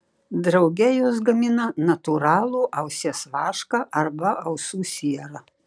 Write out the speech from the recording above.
drauge jos gamina natūralų ausies vašką arba ausų sierą